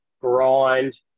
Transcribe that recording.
grind